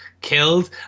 killed